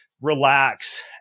relax